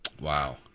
Wow